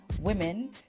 women